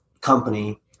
company